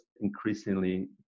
increasingly